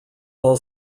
all